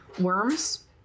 worms